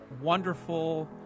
wonderful